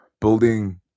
building